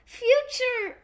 future